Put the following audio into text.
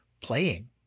playing